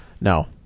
no